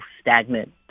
stagnant